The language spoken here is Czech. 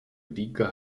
dýka